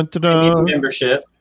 membership